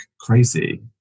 crazy